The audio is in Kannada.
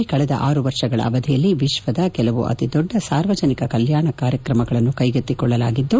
ದೇಶದಲ್ಲಿ ಕಳೆದ ಆರು ವರ್ಷಗಳ ಅವಧಿಯಲ್ಲಿ ವಿಶ್ವದ ಕೆಲವು ಅತಿ ದೊಡ್ಡ ಸಾರ್ವಜನಿಕ ಕಲ್ಲಾಣ ಕಾರ್ಯಕ್ರಮಗಳನ್ನು ಕ್ಲೆಗೆತ್ತಿಕೊಳ್ಳಲಾಗಿದ್ದು